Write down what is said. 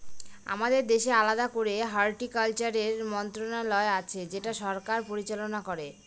আমাদের দেশে আলাদা করে হর্টিকালচারের মন্ত্রণালয় আছে যেটা সরকার পরিচালনা করে